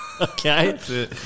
Okay